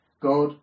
God